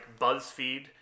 BuzzFeed